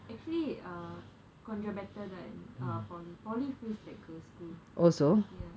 actually uh கொஞ்ச:konja better than uh polytechnic polytechnic feels like girls school